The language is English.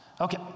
okay